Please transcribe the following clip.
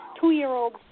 two-year-old